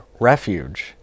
refuge